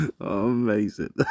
Amazing